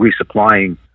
resupplying